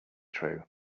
true